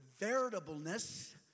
veritableness